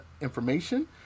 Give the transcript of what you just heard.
information